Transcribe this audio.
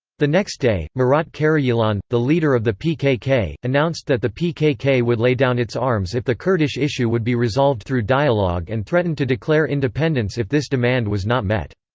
the next day, murat karayilan, the leader of the pkk, announced that the pkk would lay down its arms if the kurdish issue would be resolved through dialogue and threatened to declare independence if this demand was not met.